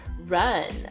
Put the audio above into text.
run